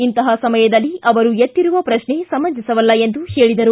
ಇಂತಹ ಸಮಯದಲ್ಲಿ ಅವರು ಎತ್ತಿರುವ ಪ್ರಕ್ಷೆ ಸಮಂಜಸವಲ್ಲ ಎಂದು ಹೇಳಿದರು